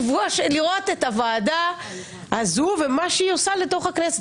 לראות את הוועדה הזו ומה היא עושה בתוך הכנסת.